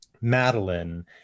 Madeline